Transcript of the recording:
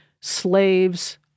slaves